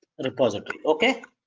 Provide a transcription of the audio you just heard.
repository, okay